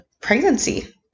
pregnancy